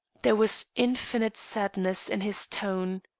there was infinite sadness in his tone.